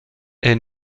est